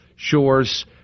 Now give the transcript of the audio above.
Shores